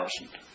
thousand